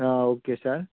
okay sir